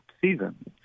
season